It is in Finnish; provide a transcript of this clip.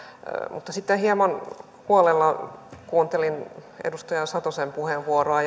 mutta sitten hieman huolella kuuntelin edustaja satosen puheenvuoroa